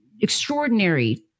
extraordinary